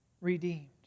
Redeemed